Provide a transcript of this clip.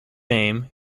name